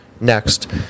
next